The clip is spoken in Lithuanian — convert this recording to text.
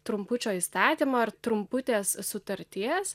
trumpučio įstatymo ar trumputės sutarties